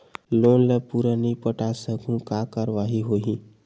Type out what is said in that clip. Loan ला पूरा नई पटा सकहुं का कारवाही होही?